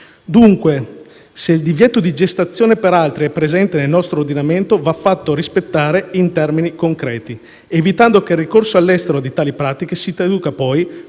Dunque, se il divieto di gestazione per altri è presente nel nostro ordinamento va fatto rispettare in termini concreti, evitando che il ricorso all'estero a tali pratiche si traduca, poi,